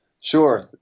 Sure